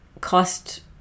cost